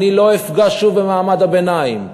אני לא אפגע שוב במעמד הביניים,